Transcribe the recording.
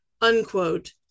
unquote